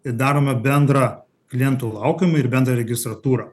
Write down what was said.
ir darome bendrą klientų laukiamąjį ir bendrą registratūrą